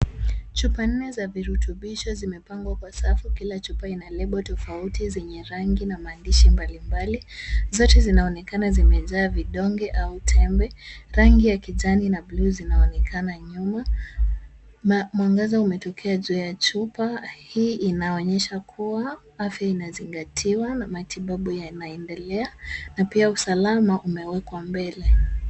Chupa nne za virutubisho zimepangwa kwa safu kila chupa ina lebo tofauti zenye rangi na maandishi mbalimbali, zote zinaonekana zimejaa vidonge au tembe. Rangi ya kijani na bluu zinaonekana nyuma. Mwangaza umetokea juu ya chupa, hii inaonyesha kuwa afya inazingatiwa na matibabu yanaendelea na pia usalama umewekwa mbele.